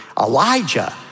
Elijah